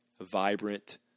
vibrant